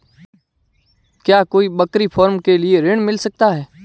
क्या कोई बकरी फार्म के लिए ऋण मिल सकता है?